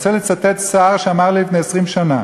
אני רוצה לצטט שר שאמר לי לפני 20 שנה,